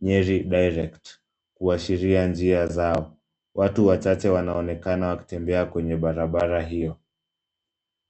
nyeri direct kuashiria njia zao. Watu wachache wanaonekana wakitembea kwenye barabara hio.